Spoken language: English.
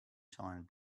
times